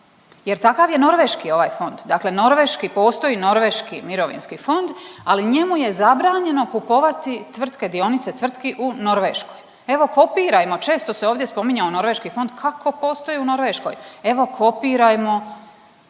jer takav je norveški ovaj fond, dakle postoji norveški mirovinski fond, ali njemu je zabranjeno kupovati tvrtke, dionice tvrtki u Norveškoj. Evo kopirajmo, često se ovdje spominjao norveški fond kako postoji u Norveškoj. Evo kopirajmo